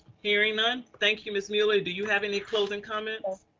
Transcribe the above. hearing none, thank you, ms. muller. do you have any closing comments?